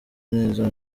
neza